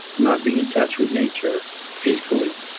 not being in touch with nature physically.